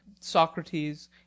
socrates